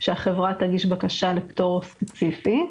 כשהחברה תגיש בקשה לפטור ספציפי.